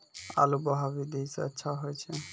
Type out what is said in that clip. आलु बोहा विधि सै अच्छा होय छै?